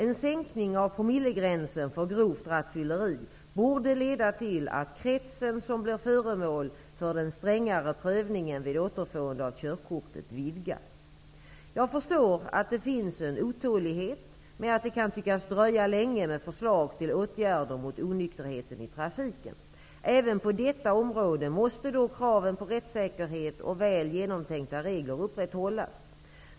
En sänkning av promillegränsen för grovt rattfylleri borde leda till att kretsen som blir föremål för den strängare prövningen vid återfåendet av körkortet vidgas. Jag förstår att det finns en otålighet med att det kan tyckas dröja länge med förslag till åtgärder mot onykterheten i trafiken. Även på detta område måste dock kraven på rättssäkerhet och väl genomtänkta regler upprätthållas.